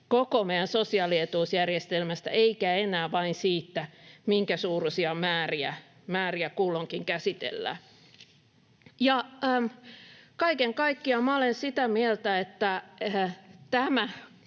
koko meidän sosiaalietuusjärjestelmässämme, ei enää vain siitä, minkä suuruisia määriä kulloinkin käsitellään. Kaiken kaikkiaan minä olen sitä mieltä, että tämä